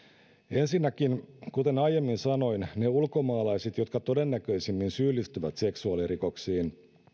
ensinnäkin kuten aiemmin sanoin ne ulkomaalaiset jotka todennäköisimmin syyllistyvät seksuaalirikoksiin